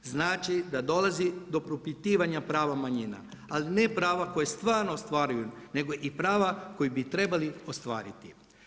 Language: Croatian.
Znači da dolazi do propitivanja prava manjina, ali ne prava koja stvarno ostvaruju nego i prava koji bi trebali ostvariti.